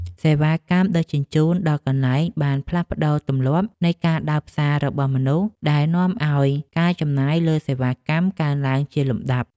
សេវាកម្មដឹកជញ្ជូនដល់កន្លែងបានផ្លាស់ប្តូរទម្លាប់នៃការដើរផ្សាររបស់មនុស្សដែលនាំឱ្យការចំណាយលើសេវាកម្មកើនឡើងជាលំដាប់។